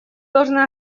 должны